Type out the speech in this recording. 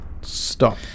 stop